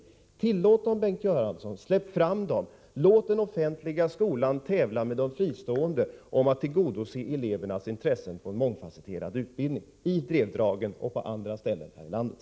Tillåt dem, Bengt Göransson. Släpp fram dem! Låt den offentliga skolan tävla med de fristående om att tillgodose elevernas önskemål om en mångfasetterad utbildning — i Drevdagen och på andra ställen i landet.